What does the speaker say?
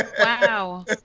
Wow